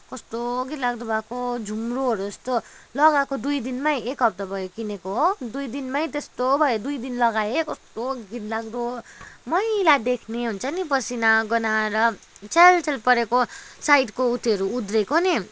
कस्तो घिनलाग्दो भएको झुम्रोहरू जस्तो लगाएको दुई दिनमै एक हप्ता भयो किनेको हो दुई दिनमै त्यस्तो भयो दुई दिन लगाएँ कस्तो घिनलाग्दो मैला देख्ने हुन्छ नि पसिना गनाएर छ्याल छ्याल परेको साइडको उत्योहरू उद्रेको नि